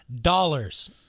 dollars